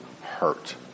hurt